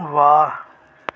वाह